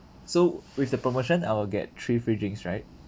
so with the promotion I will get three free drinks right